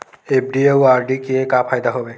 FD अउ RD के का फायदा हे?